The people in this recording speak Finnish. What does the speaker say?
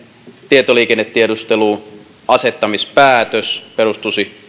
tietoliikennetiedusteluun asettamispäätös perustuisi